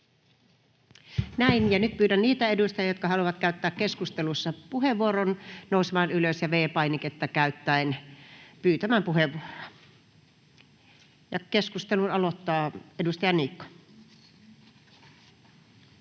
Näin. — Nyt pyydän niitä edustajia, jotka haluavat käyttää keskustelussa puheenvuoron, nousemaan ylös ja V-painiketta käyttäen pyytämään puheenvuoroa. — Ja keskustelun aloittaa edustaja Niikko.